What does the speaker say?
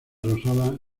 rosadas